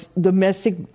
domestic